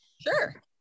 Sure